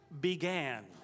began